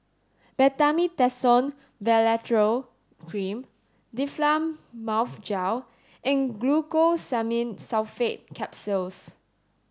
Betamethasone Valerate Cream Difflam Mouth Gel and Glucosamine Sulfate Capsules